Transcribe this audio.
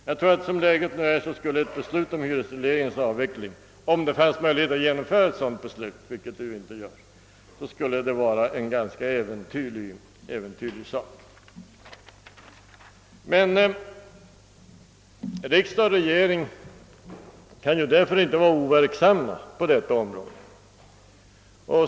Jag tror att som läget nu är skulle ett beslut om hyresregleringens avveckling, om det fanns möjlighet att genomföra ett sådant beslut, vara en ganska äventyrlig sak. Men riksdag och regering kan ju därför inte vara overksamma på detta område.